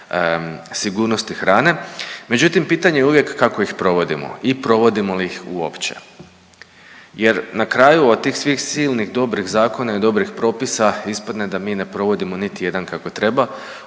sigurnosti hrane, međutim pitanje je uvijek kako ih provodimo i provodimo li ih uopće jer na kraju od svih tih silnih dobrih zakona i dobrih propisa ispadne da mi ne provodimo niti jedan kako treba